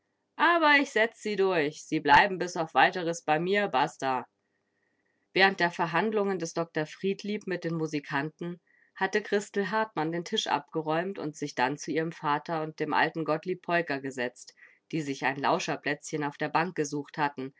aber ich setze sie durch sie bleiben bis auf weiteres bei mir basta während der verhandlungen des dr friedlieb mit den musikanten hatte christel hartmann den tisch abgeräumt und sich dann zu ihrem vater und dem alten gottlieb peuker gesetzt die sich ein lauscherplätzchen auf der bank gesucht hatten